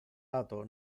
lato